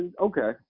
okay